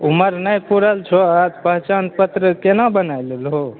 उमर नहि पुरल छौ पहचान पत्र केना बनाए लेलहो